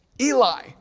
Eli